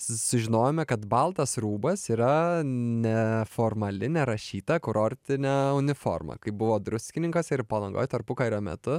sužinojome kad baltas rūbas yra neformali nerašyta kurortinė uniforma kaip buvo druskininkuose ir palangoj tarpukario metu